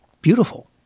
beautiful